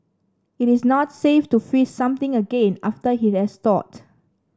it is not safe to freeze something again after it has thawed